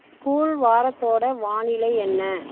school வாரத்தோட வானிலை என்ன